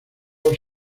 los